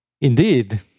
Indeed